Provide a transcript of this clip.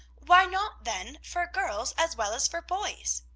why not, then, for girls, as well as for boys?